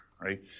right